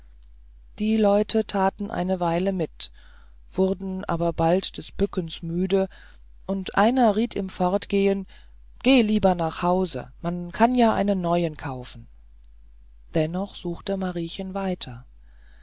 die leute taten eine weile mit wurden aber bald des bückens müde und einer riet im fortgehen geh lieber nach haus man kann ja einen neuen kaufen dennoch suchte mariechen weiter